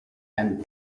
and